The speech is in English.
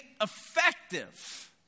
effective